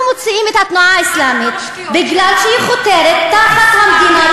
אנחנו מוציאים את התנועה האסלאמית בגלל שהיא חותרת תחת המדינה.